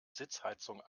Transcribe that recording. sitzheizung